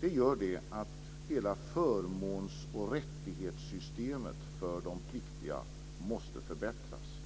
Det gör att hela förmåns och rättighetssystemet för de pliktiga måste förbättras.